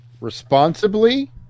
responsibly